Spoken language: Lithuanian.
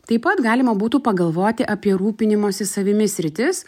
taip pat galima būtų pagalvoti apie rūpinimosi savimi sritis